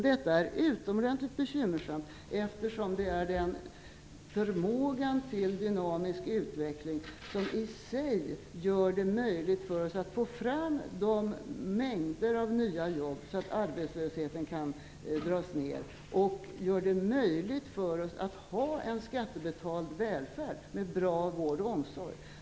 Detta är utomordentligt bekymmersamt, eftersom det är förmågan till dynamisk utveckling som i sig gör det möjligt för oss att få fram de mängder av nya jobb som behövs för att arbetslösheten skall minska och som gör det möjligt för oss att ha en skattebetald välfärd, med bra vård och omsorg.